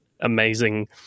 amazing